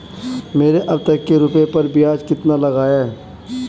मेरे अब तक के रुपयों पर ब्याज कितना लगा है?